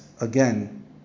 again